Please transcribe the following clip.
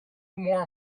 more